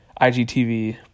IGTV